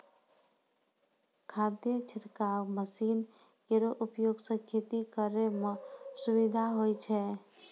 खाद छिड़काव मसीन केरो उपयोग सँ खेती करै म सुबिधा होय छै